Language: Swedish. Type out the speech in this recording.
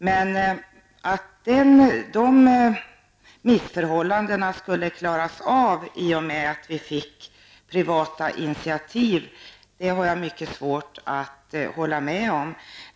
Men att de missförhållandena skulle avhjälpas om vi fick privata initiativ har jag mycket svårt att hålla med om.